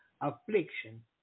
affliction